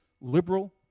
liberal